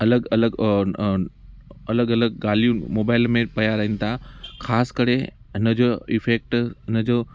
अलॻि अलॻि अलॻि अलॻि ॻाल्हियूं मोबाइल में पिया रहन था ख़ासि करे इनजो इफेक्ट उनजो